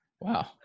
wow